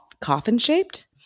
coffin-shaped